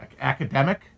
academic